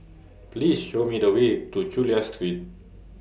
Please Show Me The Way to Chulia Street